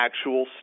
actual